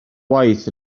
waith